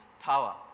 power